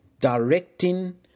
directing